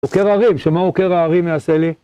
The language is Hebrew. עוקר ערים, שמה עוקר הערים יעשה לי?